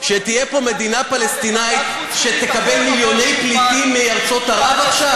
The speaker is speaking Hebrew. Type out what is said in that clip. שתהיה מדינה פלסטינית שתקבל מיליוני פליטים מארצות ערב עכשיו?